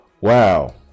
wow